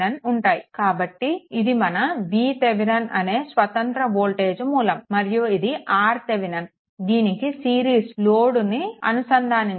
కాబట్టి ఇది మన vThevenin అనే స్వతంత్ర వోల్టేజ్ మూలం మరియు ఇది RThevenin దీనికి సిరీస్లో లోడ్ను అనుసంధానించాలి